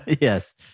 Yes